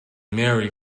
merry